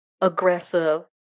aggressive